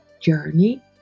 Journey